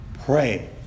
pray